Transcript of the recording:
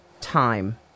time